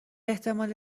احتمال